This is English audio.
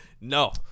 No